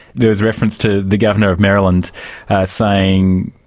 there was reference to the governor of maryland saying,